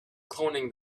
cloning